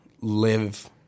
live